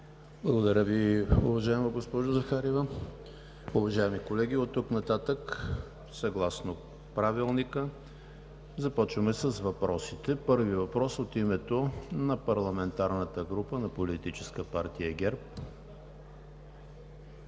Благодаря Ви, уважаема госпожо Захариева. Уважаеми колеги, оттук нататък съгласно Правилника започваме с въпросите. Първият въпрос е от името на парламентарната група на Политическа партия ГЕРБ